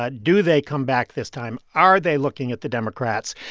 ah do they come back this time? are they looking at the democrats?